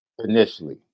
initially